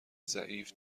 ضعیف